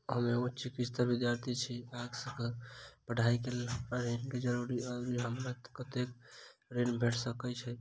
हम एगो चिकित्सा विद्यार्थी छी, आगा कऽ पढ़ाई कऽ लेल हमरा ऋण केँ जरूरी अछि, हमरा कत्तेक ऋण भेट सकय छई?